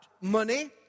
money